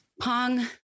Pong